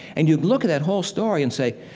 and you look at that whole story and say,